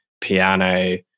piano